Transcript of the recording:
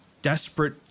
Desperate